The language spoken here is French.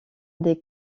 des